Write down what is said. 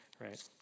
right